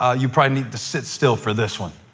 ah you probably need to sit still for this one.